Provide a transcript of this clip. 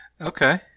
okay